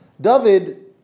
David